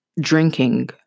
drinking